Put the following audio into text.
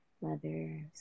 Leathers